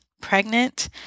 pregnant